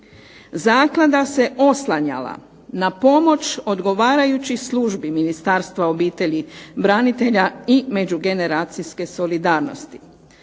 Zaklada se oslanjala na pomoć odgovarajućih službi Ministarstva obitelji, branitelja i međugeneracijske solidarnosti.